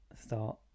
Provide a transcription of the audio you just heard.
Start